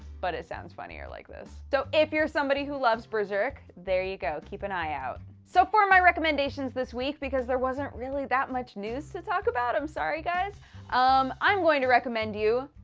but it sounds funnier like this. so if you're somebody who loves berserk there you go. keep an eye out. so for my recommendations this week because there wasn't really that much news to talk about. i'm sorry, guys um, i'm going to recommend you.